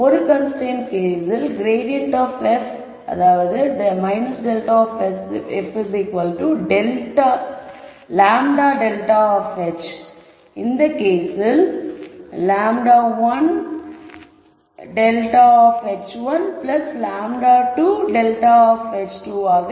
ஒரு கன்ஸ்ரைன்ட் கேஸில் grad f ∇f λ∇h இந்த கேஸில் λ∇h λ∇h1λ1 மற்றும் ∇h1λ2∇ 2 இவற்றின் கூட்டுத் தொகையாக உள்ளது